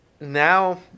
now